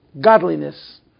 godliness